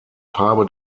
farbe